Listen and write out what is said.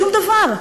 שום דבר.